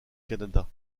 canada